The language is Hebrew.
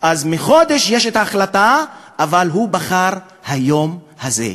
כבר חודש יש החלטה, אבל הוא בחר ביום הזה.